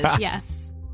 yes